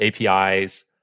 APIs